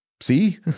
See